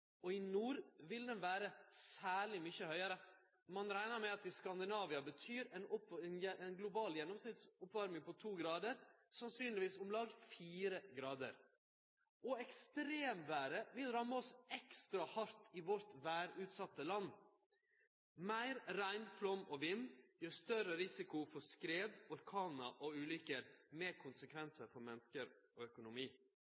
og i nord vil ho vere særleg mykje høgare. Ein reknar med at i Skandinavia betyr ei global gjennomsnittsoppvarming på to gradar sannsynlegvis om lag fire gradar. Ekstremvêret vil ramme oss ekstra hardt i vårt vêrutsette land. Meir regn, flaum og vind gir større risiko for skred, orkanar og ulykker med